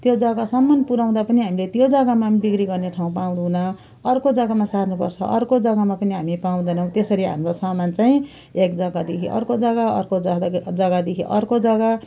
त्यो जग्गासम्म पुर्याउँदा पनि हामीले त्यो जग्गामा पनि बिक्री गर्ने ठाउँ पाउँदैनौँ अर्को जग्गामा सार्नुपर्छ अर्को जग्गामा पनि हामी पाउँदैनौँ त्यसरी हाम्रो सामान चाहिँ एक जग्गादेखि अर्को जग्गा अर्को जग्गा जग्गादेखि अर्को जग्गा